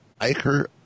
Iker